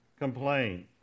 complain